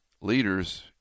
Leaders